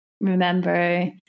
remember